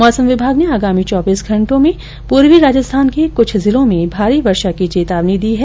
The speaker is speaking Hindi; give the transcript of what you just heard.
मौसम विमाग ने आगामी चौबीस घंटों में पूर्वी राजस्थान के कुछ जिलों में भारी वर्षा की चेतावनी दी हैं